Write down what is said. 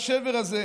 בזמן שהשבר הזה,